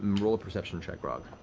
roll a perception check, grog.